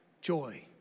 joy